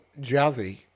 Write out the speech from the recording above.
Jazzy